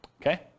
Okay